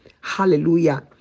Hallelujah